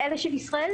לאלה של ישראלים,